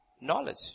knowledge